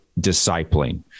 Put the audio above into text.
discipling